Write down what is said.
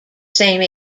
same